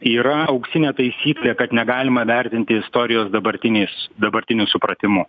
yra auksinė taisyklė kad negalima vertinti istorijos dabartiniais dabartiniu supratimu